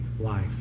life